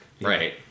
Right